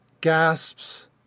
gasps